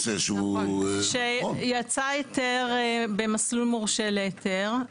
שיצא היתר במסלול מורשה להיתר.